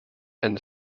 and